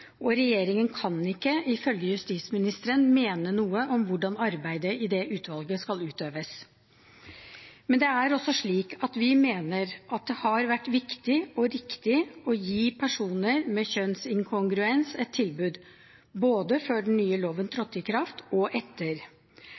og regjeringen kan ikke, ifølge justisministeren, mene noe om hvordan arbeidet i det utvalget skal utøves. Men det er også slik at vi mener det har vært viktig og riktig å gi personer med kjønnsinkongruens et tilbud, både før den nye loven trådte i kraft, og etter.